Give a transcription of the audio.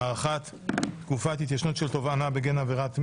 (הארכת תקופת התיישנות של תובענה בגין עבירת מין),